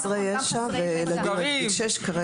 כל חסרי הישע וילדים עד גיל שש.